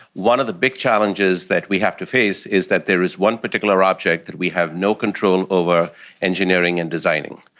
one of the big challenges that we have to face is that there is one particular object that we have no control over engineering and designing,